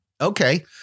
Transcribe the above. Okay